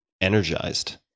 energized